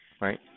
Right